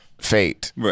Fate